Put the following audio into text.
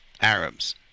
Arabs